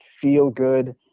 feel-good